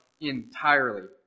entirely